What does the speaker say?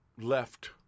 left